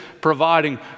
providing